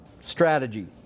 Strategy